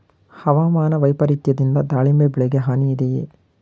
ಹವಾಮಾನ ವೈಪರಿತ್ಯದಿಂದ ದಾಳಿಂಬೆ ಬೆಳೆಗೆ ಹಾನಿ ಇದೆಯೇ?